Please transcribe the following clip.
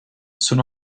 sono